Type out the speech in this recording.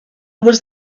was